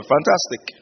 Fantastic